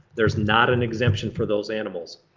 there's not an exemption for those animals.